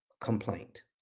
complaint